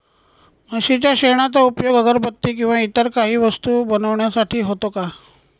म्हशीच्या शेणाचा उपयोग अगरबत्ती किंवा इतर काही वस्तू बनविण्यासाठी होतो का?